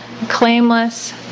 claimless